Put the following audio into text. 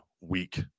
week